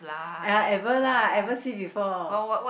uh ever lah ever see before